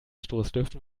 stoßlüften